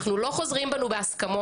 אנחנו לא חוזרים בנו מההסכמות,